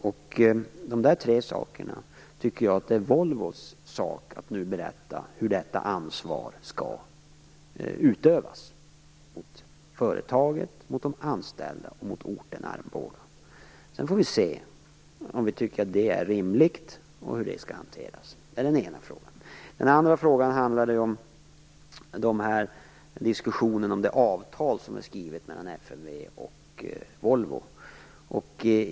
När det gäller dessa tre saker tycker jag att det nu är Volvos sak att berätta hur detta ansvar skall utövas. Sedan får vi se om vi tycker att det är rimligt och hur det skall hanteras. Det är den ena frågan. Den andra frågan handlade om diskussionen om det avtal som skrivits mellan FMV och Volvo.